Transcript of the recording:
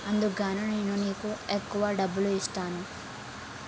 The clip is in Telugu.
అందుగాను నేను నీకు ఎక్కువ డబ్బులు ఇస్తాను